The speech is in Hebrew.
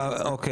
אוקיי.